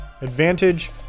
advantage